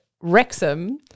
Wrexham